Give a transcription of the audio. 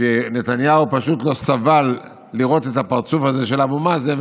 שנתניהו פשוט לא סבל לראות את הפרצוף הזה של אבו מאזן,